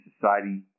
society